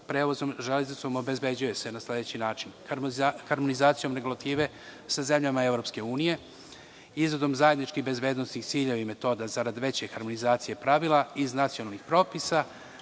prevozom železnicom obezbeđuje se na sledeći način: harmonizacijom regulative sa zemljama EU, izradom zajedničkih bezbednosnih ciljeva i metoda zarad veće harmonizacije pravila iz nacionalnih propisa,